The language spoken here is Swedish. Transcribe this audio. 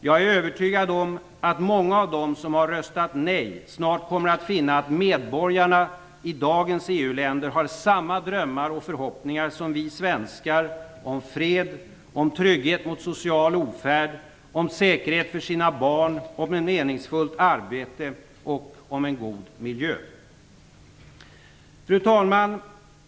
Jag är övertygad om att många av dem som har röstat nej snart kommer att finna att medborgarna i dagens EU-länder har samma drömmar och förhoppningar som vi svenskar om fred, trygghet mot social ofärd, säkerhet för sina barn, meningsfullt arbete och en god miljö. Fru talman!